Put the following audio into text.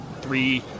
three